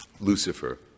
Lucifer